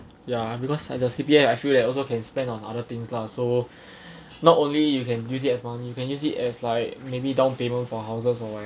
ya because like the C_P_F I feel that also can spend on other things lah so not only you can use it as money you can use it as like maybe down payment for houses or like